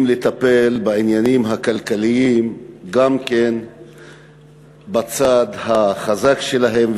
לטפל בעניינים הכלכליים גם כן בצד החזק שלהן,